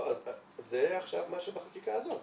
זה עכשיו מה שבחקיקה הזאת.